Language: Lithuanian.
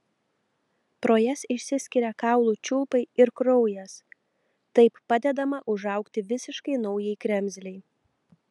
pro jas išsiskiria kaulų čiulpai ir kraujas taip padedama užaugti visiškai naujai kremzlei